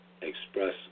Express